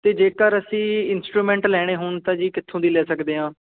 ਅਤੇ ਜੇਕਰ ਅਸੀਂ ਇੰਸਟਰੂਮੈਂਟ ਲੈਣੇ ਹੋਣ ਤਾਂ ਜੀ ਕਿੱਥੋਂ ਦੀ ਲੈ ਸਕਦੇ ਹਾਂ